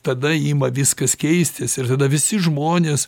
tada ima viskas keistis ir tada visi žmonės